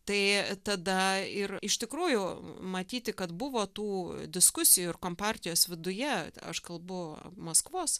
tai tada ir iš tikrųjų matyti kad buvo tų diskusijų ir kompartijos viduje aš kalbu maskvos